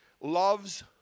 loves